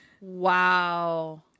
Wow